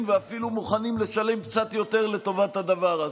ואפילו מוכנים לשלם קצת יותר לטובת הדבר הזה.